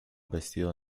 vestido